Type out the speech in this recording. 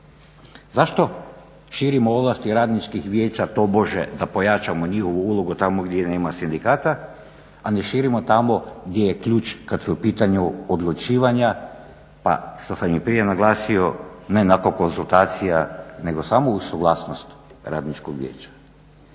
zašto širimo ovlasti Radničkih vijeća tobože da pojačamo njihovu ulogu tamo gdje nema sindikata, a ne širimo tamo gdje je ključ kada su u pitanju odlučivanja pa što sam i prije naglasio, ne nakon konzultacija, nego samo uz suglasnost Radničkog vijeća.